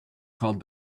called